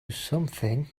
something